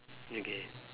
okay